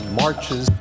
marches